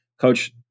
Coach